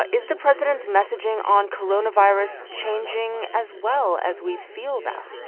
ah is the president's messaging on coronavirus changing, as well, as we feel that?